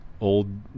old